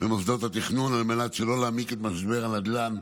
במוסדות התכנון על מנת שלא להעמיק את משבר הנדל"ן,